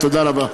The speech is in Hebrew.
תודה רבה.